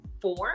four